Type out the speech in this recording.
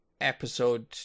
episode